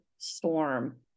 storm